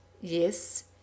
Yes